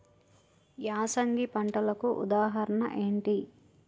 యాసంగి పంటలకు ఉదాహరణ ఏంటి?